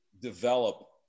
develop